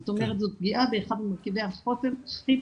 זאת אומרת זה פגיעה באחד ממרכיבי החוסן הכי